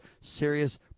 serious